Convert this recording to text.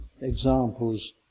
examples